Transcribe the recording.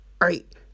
right